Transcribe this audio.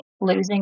losing